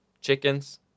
chickens